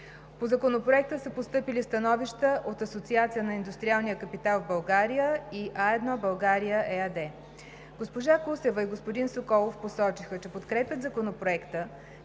По Законопроекта са постъпили становища от „Асоциация на индустриалния капитал в България“ и „А1 България“ ЕАД. Госпожа Кусева и господин Соколов посочиха, че подкрепят Законопроекта,